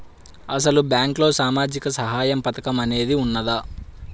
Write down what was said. అసలు బ్యాంక్లో సామాజిక సహాయం పథకం అనేది వున్నదా?